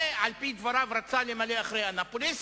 שעל-פי דבריו רצה למלא אחרי הסכם אנאפוליס,